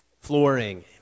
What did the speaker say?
flooring